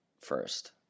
first